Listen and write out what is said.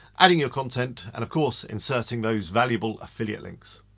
adding your content and of course, inserting those valuable affiliate links.